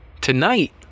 tonight